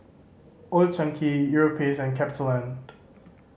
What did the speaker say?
Old Chang Kee Europace and CapitaLand